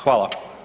Hvala.